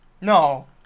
No